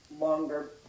longer